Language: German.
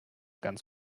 ganz